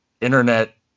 internet